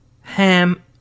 ham